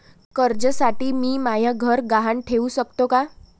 कर्जसाठी मी म्हाय घर गहान ठेवू सकतो का